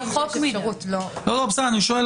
חבריי, אני חושב שאין